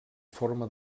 forma